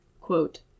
quote